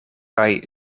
kaj